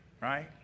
right